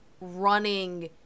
running